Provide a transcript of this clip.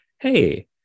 hey